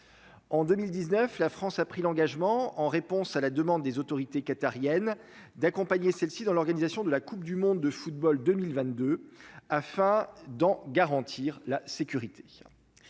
En 2019, la France a pris l'engagement, en réponse à la demande des autorités qatariennes d'accompagner celle-ci dans l'organisation de la Coupe du monde de football 2022 afin d'en garantir la sécurité,